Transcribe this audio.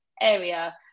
area